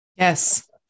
Yes